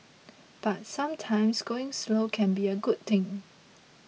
but sometimes going slow can be a good thing